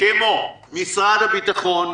כמו משרד הביטחון,